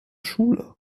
schule